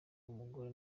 umugore